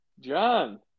John